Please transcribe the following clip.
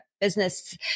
business